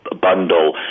bundle